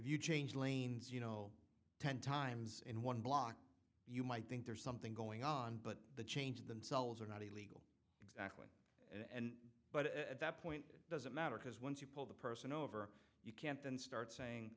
you change lanes you know ten times in one block you might think there's something going on but the change themselves are not illegal exactly and but at that point it doesn't matter because once you pull the person over you can't then start saying